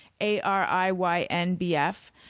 A-R-I-Y-N-B-F